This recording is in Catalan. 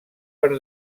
per